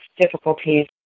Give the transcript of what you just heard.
difficulties